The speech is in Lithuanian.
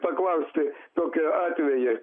paklausti tokį atvejį